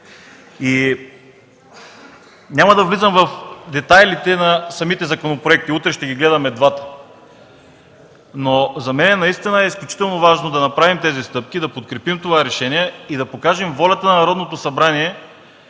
Няма да влизам в детайлите на самите законопроекти – утре ще ги гледаме двата, но за мен е изключително важно да направим тези стъпки, да подкрепим това решение и да покажем волята на Народното събрание